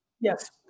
Yes